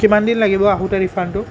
কিমান দিন লাগিব আহোতে ৰিফাণ্ডটো